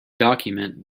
document